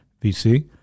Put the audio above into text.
VC